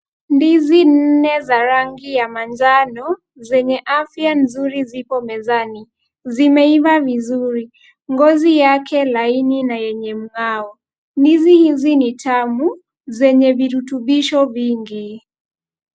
Ndizi nne za rangi ya manjano zenye afya nzuri zipo mezani zimeiva vizuri. Ngozi yake laini na yenye mng'ao. Ndizi hizi ni tamu zenye virutubisho vingi.